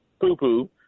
poo-poo